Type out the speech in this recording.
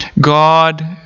God